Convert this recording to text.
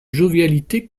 jovialité